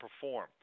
perform